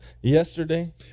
yesterday